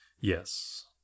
yes